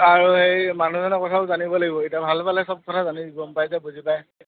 আৰু হেৰি মানুহজনৰ কথাও জানিব লাগিব এতিয়া ভাল পালে চব কথা জানি গম পাই যে বুজি পাই